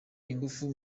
ingufu